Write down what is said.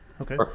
okay